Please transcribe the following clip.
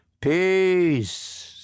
Peace